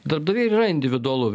darbdaviai ir yra individualu